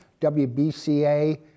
WBCA